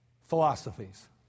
philosophies